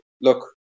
Look